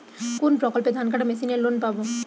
কোন প্রকল্পে ধানকাটা মেশিনের লোন পাব?